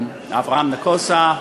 אברהם נגוסה,